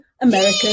American